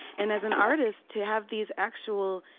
and as an artist, to have these actual